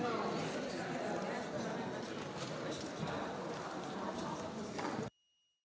Hvala.